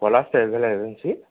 Palash travel agency